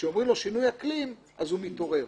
כשאומרים לו שינוי אקלים אז הוא מתעורר.